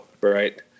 right